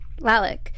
Lalek